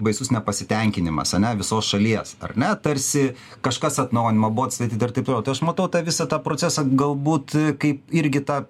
baisus nepasitenkinimas ar ne visos šalies ar ne tarsi kažkas atnaujinama buvo atstatyta ir taip toliau išmatuotą visą tą procesą galbūt kaip irgi tą